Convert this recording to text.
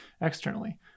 externally